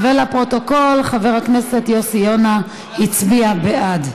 לפרוטוקול, חבר הכנסת יוסי יונה הצביע בעד.